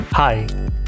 Hi